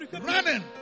running